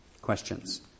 questions